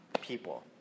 people